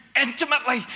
intimately